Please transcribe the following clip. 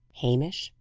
hamish,